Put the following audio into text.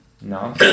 No